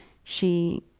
she.